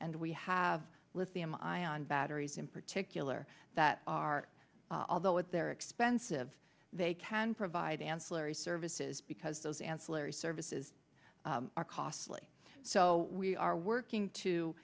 and we have lithium ion batteries in particular that are although if they're expensive they can provide ancillary services because those ancillary services are costly so we are working to